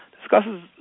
discusses